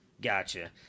Gotcha